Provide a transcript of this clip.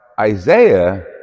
Isaiah